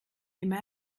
immer